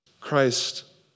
Christ